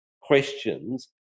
questions